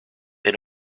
they